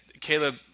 Caleb